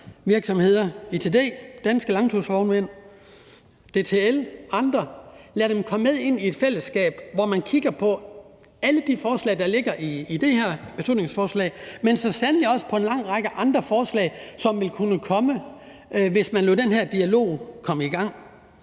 speditørvirksomheder, ITD, Danske Langtursvognmænd, DTL og andre komme med og ind i et fællesskab, hvor man kigger på alle de forslag, der ligger i det her beslutningsforslag, men så sandelig også på en lang række andre forslag, som ville kunne komme, hvis man lod den her dialog komme i gang.